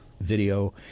video